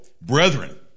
brethren